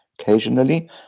occasionally